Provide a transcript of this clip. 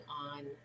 on